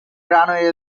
runway